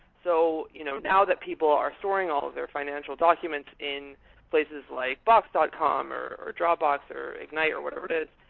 so you know now that people are storing all of their financial documents in places like box dot com, or or dropbox, or ignite, or whatever it is,